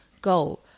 Go